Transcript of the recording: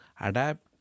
adapt